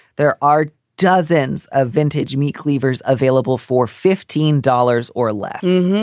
there are dozens of vintage meat cleavers available for fifteen dollars or less.